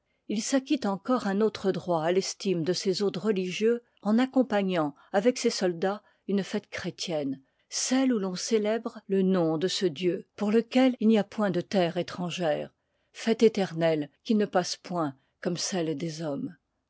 il s'acquit encore un autre droit à l'estime de ses hôtes religieux en accompagnant avec ses soldats une fête chrétienne celle où l'on célèbre le nom de ce dieu pour lequel il n'y a point de terre étrangère fête éternelle qui ne passe point comme celle des hommes